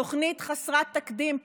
תוכנית חסרת תקדים.